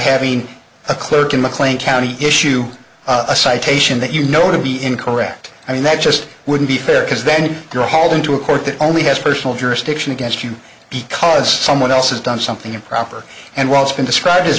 having a clerk in mclean county issue a citation that you know to be incorrect i mean that just wouldn't be fair because then you're hauled into a court that only has personal jurisdiction against you because someone else has done something improper and while it's been describe